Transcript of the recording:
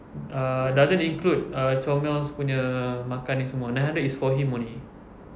uh doesn't include uh comel's punya makan ini semua nine hundred is for him only